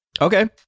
okay